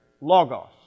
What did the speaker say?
Logos